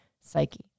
psyche